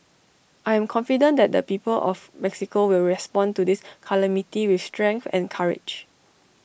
I am confident that the people of Mexico will respond to this calamity with strength and courage